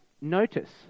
Notice